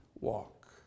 walk